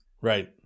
Right